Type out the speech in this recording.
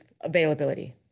availability